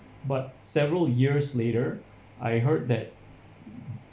but several years later I heard that